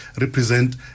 represent